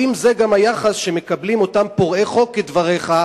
האם זה גם היחס שמקבלים אותם פורעי חוק, כדבריך,